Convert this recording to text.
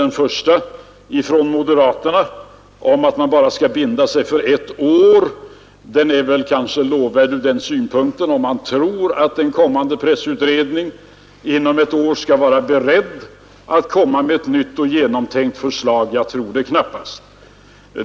Den första från moderaterna om att man bara skall binda sig för ett år är kanske lovvärd, om man tror att den kommande pressutredningen inom ett år skall vara beredd att lägga fram ett nytt förslag. Jag tror det knappast.